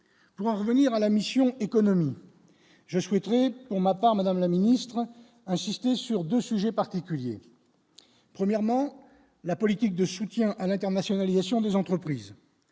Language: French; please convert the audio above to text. pour en revenir à la mission économique je souhaiterais pour ma part, madame la ministre, insisté sur 2 sujets particuliers : premièrement, la politique de soutien à l'internationalisation des entreprises